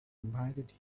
reminded